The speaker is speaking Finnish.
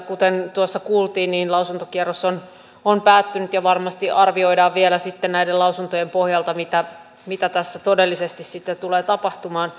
kuten tuossa kuultiin lausuntokierros on päättynyt ja varmasti arvioidaan vielä sitten näiden lausuntojen pohjalta mitä tässä todellisesti sitten tulee tapahtumaan